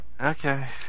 Okay